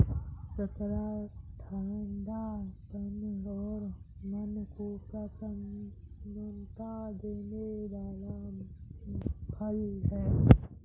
संतरा ठंडा तन और मन को प्रसन्नता देने वाला फल है